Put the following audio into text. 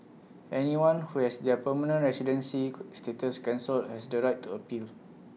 anyone who has their permanent residency could status cancelled has the right to appeal